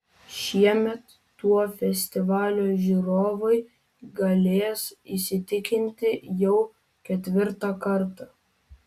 šiemet tuo festivalio žiūrovai galės įsitikinti jau ketvirtą kartą